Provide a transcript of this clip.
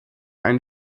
ein